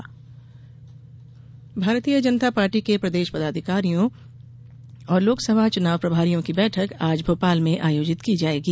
भाजपा बैठक भारतीय जनता पार्टी के प्रदेश पदाधिकारियों और लोकसभा चुनाव प्रभारियों की बैठक आज भोपाल में आयोजित की जायेगी